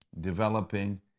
developing